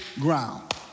ground